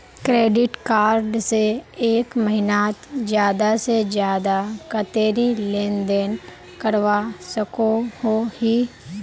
Credit card से एक महीनात ज्यादा से ज्यादा कतेरी लेन देन करवा सकोहो ही?